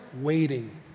waiting